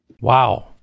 Wow